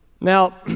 Now